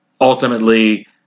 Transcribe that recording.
Ultimately